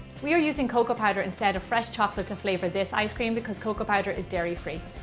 we are using cocoa powder instead of fresh chocolate to flavor this ice cream because cocoa powder is dairy-free.